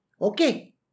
Okay